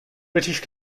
british